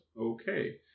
Okay